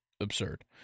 absurd